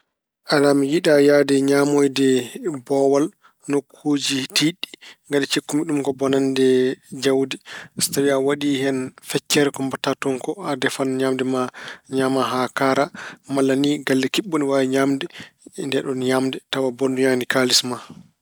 Alaa, mi yiɗaa yahde ñaamoyde boowal nokkuuji tiiɗɗi. Cikku mi ɗum ko bonnande jawdi. So tawi a waɗi hen feccere ko mbaɗta toon ko, a defan ñaamde ma, ñaamaa haa kaara, malla ni galle kiɓɓo ina waawi ñaamde e ndeeɗoon ñaamde tawa a bonnoyaani kaalis ma.